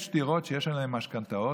יש דירות שיש עליהן משכנתאות,